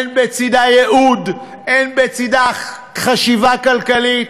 אין בצדה ייעוד, אין בצדה חשיבה כלכלית,